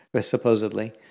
supposedly